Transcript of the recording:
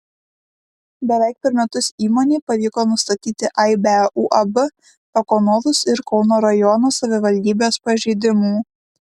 beveik per metus įmonei pavyko nustatyti aibę uab ekonovus ir kauno rajono savivaldybės pažeidimų